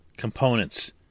components